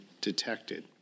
detected